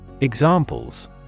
Examples